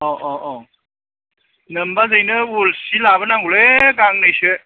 औ औ नोमबाजैनो उल सि लाबोनांगौलै गांनैसो